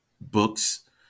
books